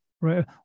right